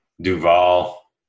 Duvall